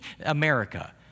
America